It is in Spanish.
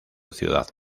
ciudad